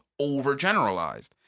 overgeneralized